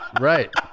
right